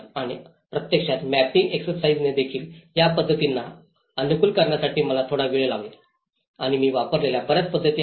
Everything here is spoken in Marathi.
आणि प्रत्यक्षात मॅपिंग एक्सरसाईसेस देखील या पद्धतींना अनुकूल करण्यासाठी मला थोडा वेळ लागला आणि मी वापरलेल्या बर्याच पद्धती आहेत